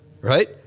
Right